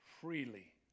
freely